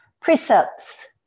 precepts